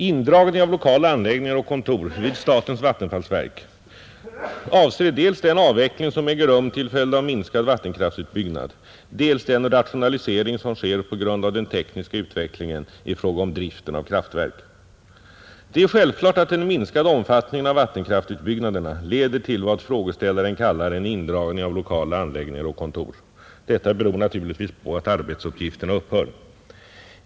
Indragning av lokala anläggningar och kontor vid statens vattenfallsverk avser dels den avveckling som äger rum till följd av minskad vattenkraftutbyggnad, dels den rationalisering som sker på grund av den tekniska utvecklingen i fråga om driften av kraftverk. Det är självklart att den minskade omfattningen av vattenkraftutbyggnaderna leder till vad frågeställaren kallar en indragning av lokala anläggningar och kontor. Detta beror naturligtvis på att arbetsuppgifterna upphör.